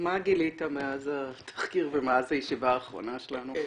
מה גילית מאז התחקיר ומאז הישיבה האחרונה שלנו?